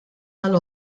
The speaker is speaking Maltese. għal